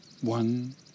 one